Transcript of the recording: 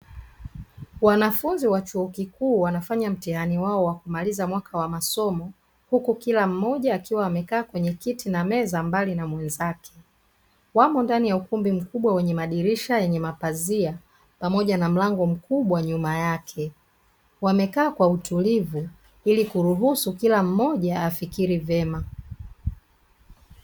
Wanafunzi wa chuo kikuu wanafanya mtiihani wao wa kumaliza muhula wa kwanza wa masomo yao huku kila mmoja akiwa amekaa kwenye kiti na meza mbali na mwenzake. Wapo kwenye ukumbi mkubwa wenye madirisha yenye mapazia pamoja na mlango mkubwa nyuma yake. Wamekaa kwa utulivu ili kuruhusu kila mmoja kufikiri vyema.